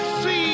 see